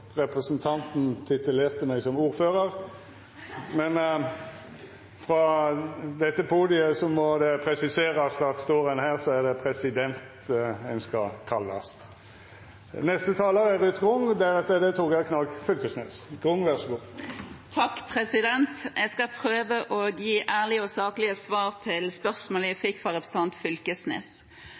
representanten titulerte meg som ordførar. Men frå dette podiet må det presiserast at står ein her, er det president ein skal kallast. Jeg skal prøve å gi ærlige og saklige svar på spørsmålene jeg fikk fra representanten Knag Fylkesnes. Det første spørsmålet